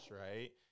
Right